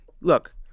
Look